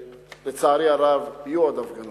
לצערי הרב, יהיו עוד הפגנות,